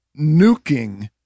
nuking